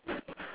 that